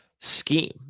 scheme